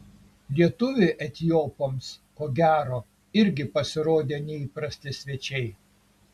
lietuviai etiopams ko gero irgi pasirodė neįprasti svečiai